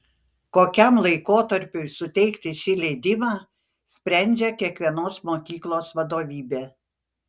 kokiam laikotarpiui suteikti šį leidimą sprendžia kiekvienos mokyklos vadovybė